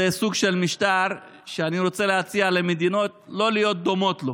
זה סוג של משטר שאני רוצה להציע למדינות לא להיות דומות לו,